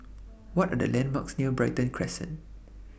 What Are The landmarks near Brighton Crescent